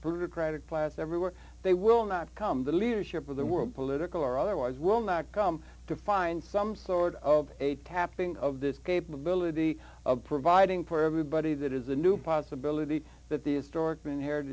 a class everywhere they will not come the leadership of the world political or otherwise will not come to find some sort of a tapping of this capability of providing for everybody that is a new possibility that these dorchen haired